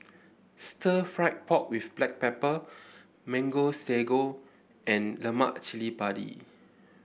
Stir Fried Pork with Black Pepper Mango Sago and Lemak Cili Padi